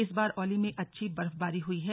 इस बार औली में अच्छी बर्फबारी हुई है